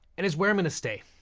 and it's where i'm gonna stay.